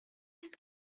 است